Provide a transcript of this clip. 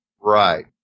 Right